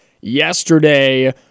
yesterday